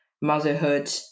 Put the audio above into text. motherhood